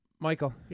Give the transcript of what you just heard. Michael